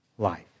life